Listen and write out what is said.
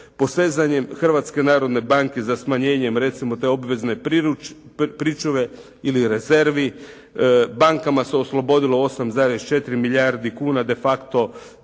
Posezanjem Hrvatske narodne banke za smanjenjem recimo te obvezne pričuve ili rezervi bankama se oslobodio 8,4 milijarde kuna, de facto